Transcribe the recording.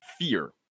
fear